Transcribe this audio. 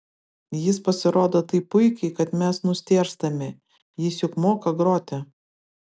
jis pasirodo taip puikiai kad mes nustėrstame jis juk moka groti